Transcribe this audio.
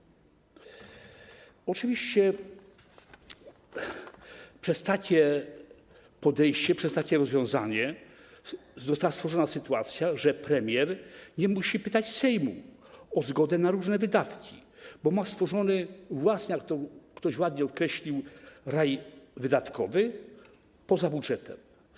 Oczywiście przez takie podejście, przez takie rozwiązanie została stworzona sytuacja, w której premier nie musi pytać Sejmu o zgodę na różne wydatki, bo ma stworzony własny, jak to ktoś ładnie określił, raj wydatkowy poza budżetem.